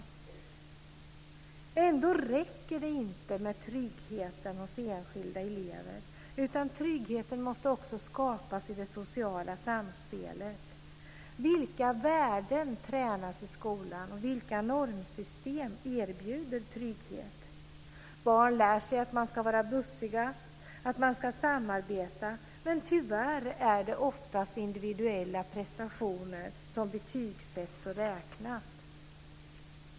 Men det räcker inte med tryggheten hos enskilda elever. Tryggheten måste också skapas i det sociala samspelet. Vilka värden tränas i skolan? Vilka normsystem erbjuder trygghet? Barn lär sig att de ska vara bussiga, att de ska samarbeta, men tyvärr är det oftast individuella prestationer som betygssätts och räknas.